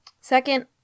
second